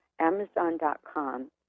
Amazon.com